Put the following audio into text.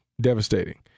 devastating